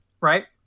right